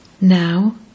Now